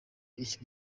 icyo